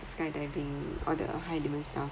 skydiving or the high element stuff